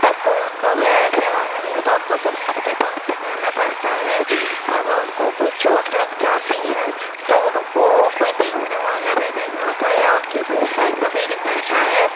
اور کوئی ان کا خیال رکھنے والا نہیں ہوتا ان کو سب اپنے پاس سے کرنا پڑتا ہے اگر ان کو کوئی چوٹ لگ جاتی ہے تو ان کو کوئی دیکھنے والا بھی نہیں ہوتا یا ان کی کوئی ہیلپ بھی نہیں کرتا ہے